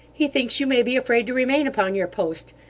he thinks you may be afraid to remain upon your post,